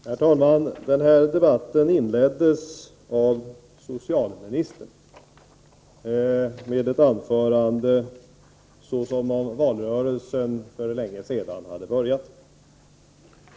Herr talman! Den här debatten inleddes av socialministern med ett anförande såsom om valrörelsen för länge sedan hade börjat.